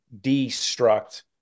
destruct